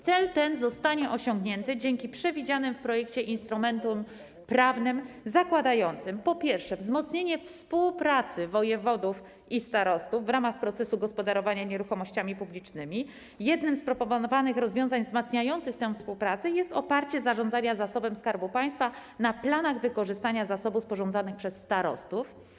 Cel ten zostanie osiągnięty dzięki przewidzianym w projekcie instrumentom prawnym zakładającym, po pierwsze, wzmocnienie współpracy wojewodów i starostów w ramach procesu gospodarowania nieruchomościami publicznymi - jednym z proponowanych rozwiązań wzmacniających tę współpracę jest oparcie zarządzania zasobem Skarbu Państwa na planach wykorzystania zasobu sporządzanych przez starostów.